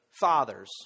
fathers